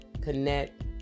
Connect